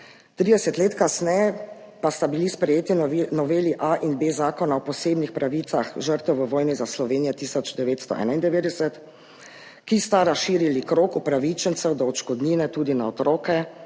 30 let kasneje pa sta bili sprejeti noveli A in B Zakona o posebnih pravicah žrtev v vojni za Slovenijo 1991, ki sta razširili krog upravičencev do odškodnine tudi na otroke,